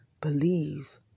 believe